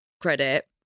credit